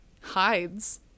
hides